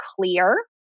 clear